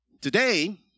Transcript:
today